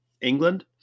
England